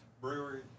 brewery